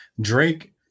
drake